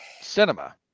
cinema